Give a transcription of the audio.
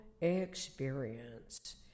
experience